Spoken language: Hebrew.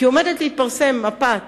כי עומדת להתפרסם מפת